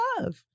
love